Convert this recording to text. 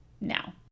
now